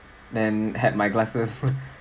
then had my glasses